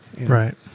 Right